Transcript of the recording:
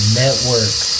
network